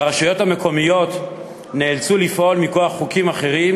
והרשויות המקומיות נאלצו לפעול מכוח חוקים אחרים,